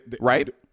right